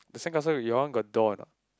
the sandcastle your one got doll or not